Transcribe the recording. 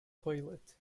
toilet